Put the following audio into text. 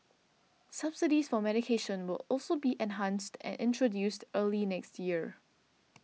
subsidies for medication will also be enhanced and introduced early next year